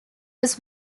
was